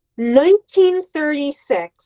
1936